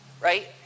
right